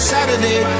Saturday